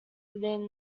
within